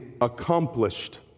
accomplished